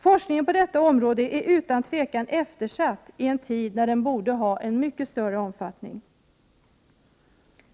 Forskningen på detta område är utan tvivel eftersatt i en tid när den borde ha stor omfattning.